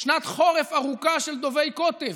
שנת חורף ארוכה של דובי קוטב.